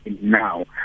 now